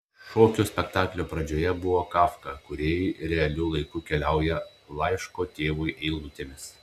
šokio spektaklio pradžioje buvo kafka kūrėjai realiu laiku keliauja laiško tėvui eilutėmis